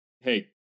hey